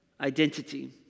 identity